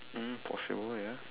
mm possible ya